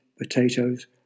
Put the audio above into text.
potatoes